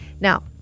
Now